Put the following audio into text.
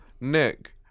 Nick